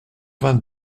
vingt